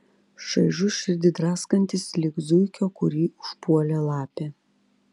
šaižus širdį draskantis lyg zuikio kurį užpuolė lapė